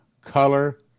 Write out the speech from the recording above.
color